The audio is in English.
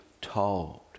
told